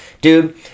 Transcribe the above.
dude